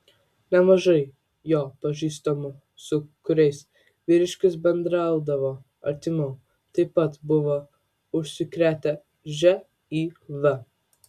nemažai jo pažįstamų su kuriais vyriškis bendraudavo artimiau taip pat buvo užsikrėtę živ